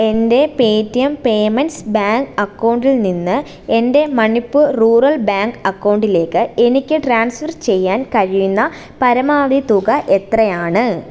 എൻ്റെ Paytm payments bank അക്കൗണ്ടിൽ നിന്ന് എൻ്റെ മണിപ്പൂർ റൂറൽ ബാങ്ക് അക്കൗണ്ടിലേക്ക് എനിക്ക് ട്രാൻസ്ഫർ ചെയ്യാൻ കഴിയുന്ന പരമാവധി തുക എത്രയാണ്